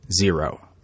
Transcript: zero